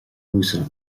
uasail